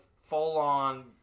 full-on